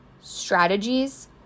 strategies